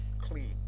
clean